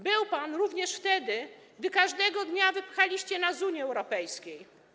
Był pan również wtedy, gdy każdego dnia wypychaliście nas z Unii Europejskiej.